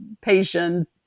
patient